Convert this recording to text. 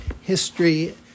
history